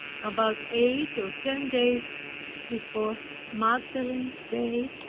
about eight or ten days before magdalene's day,